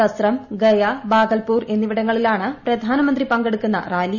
സസ്രം ഗയ ബാഗൽപൂർ എന്നിവിടങ്ങളിലാണ് പ്രധാനമന്ത്രി പങ്കെടുക്കുന്ന റാലി